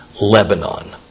Lebanon